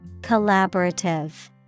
Collaborative